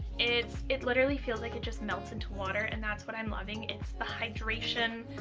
it's it literally feels like it just melts into water and that's what i'm loving. it's the hydration,